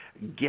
Get